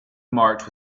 marked